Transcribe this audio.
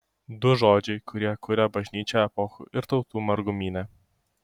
du žodžiai kurie kuria bažnyčią epochų ir tautų margumyne